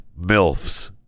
MILFs